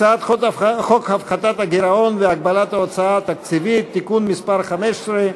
הצעת חוק הפחתת הגירעון והגבלת ההוצאה התקציבית (תיקון מס' 15)